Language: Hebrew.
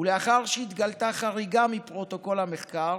לאחר שהתגלתה חריגה מפרוטוקול המחקר,